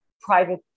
private